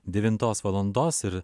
devintos valandos ir